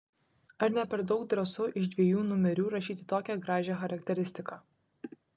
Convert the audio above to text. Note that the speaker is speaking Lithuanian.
ar ne per daug drąsu iš dviejų numerių rašyti tokią gražią charakteristiką